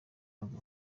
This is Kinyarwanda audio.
aza